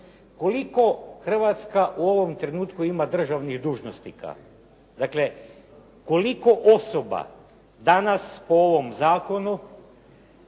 koliko Hrvatska u ovom trenutku ima državnih dužnosnika? Dakle, koliko osoba danas po ovom zakonu